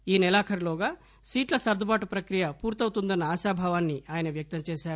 ఈసెలాఖరు లోగా సీట్ల సర్గుబాటు ప్రక్రియ పూర్తవుతుందన్న ఆశాభావాన్ని ఆయన వ్యక్తం చేశారు